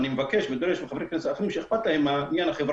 לא רק מהרשימה המשותפת,